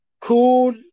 cool